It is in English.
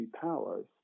powers